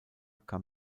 kam